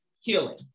healing